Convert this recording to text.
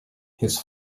his